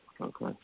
Okay